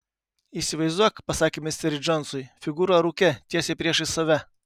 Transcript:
įsivaizduok pasakė misteriui džonsui figūrą rūke tiesiai priešais save